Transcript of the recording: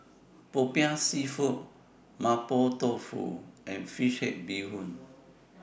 Popiah Seafood Mapo Tofu and Fish Head Bee Hoon